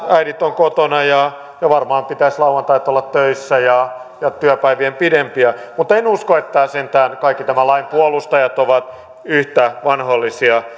äidit ovat kotona ja varmaan pitäisi lauantait olla töissä ja ja työpäivien pidempiä mutta en usko että sentään kaikki tämän lain puolustajat ovat yhtä vanhoillisia